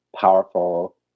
powerful